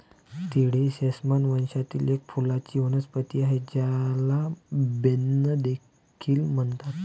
तीळ ही सेसमम वंशातील एक फुलांची वनस्पती आहे, ज्याला बेन्ने देखील म्हणतात